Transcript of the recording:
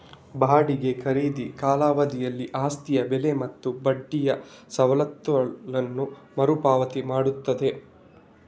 ಬಾಡಿಗೆ ಖರೀದಿ ಕಾಲಾವಧಿಯಲ್ಲಿ ಆಸ್ತಿಯ ಬೆಲೆ ಮತ್ತು ಬಡ್ಡಿಯ ಸಮತೋಲನವನ್ನು ಮರು ಪಾವತಿ ಮಾಡುತ್ತದೆ